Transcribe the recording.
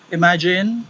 Imagine